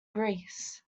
grease